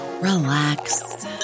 relax